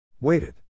Waited